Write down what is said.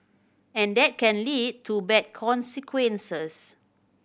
and that can lead to bad consequences